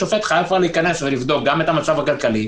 השופט חייב כבר להיכנס ולבדוק גם את המצב הכלכלי,